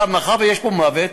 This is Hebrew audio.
מאחר שיש פה מוות,